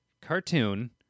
cartoon